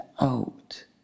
out